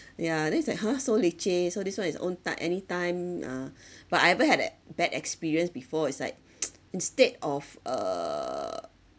yeah then is like !huh! so leceh so this one is own ti~ anytime uh but I ever had that bad experience before is like instead of err